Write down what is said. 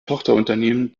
tochterunternehmen